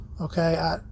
Okay